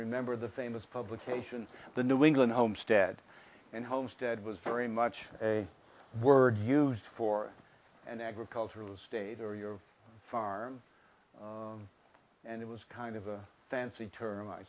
remember the famous publication the new england homestead in homestead was very much a word used for an agricultural state or your farm and it was kind of a fancy term i